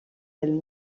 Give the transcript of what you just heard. elle